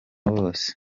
bose